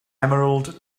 emerald